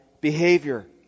behavior